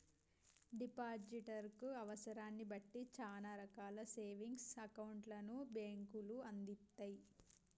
depositor కి అవసరాన్ని బట్టి చానా రకాల సేవింగ్స్ అకౌంట్లను బ్యేంకులు అందిత్తయ్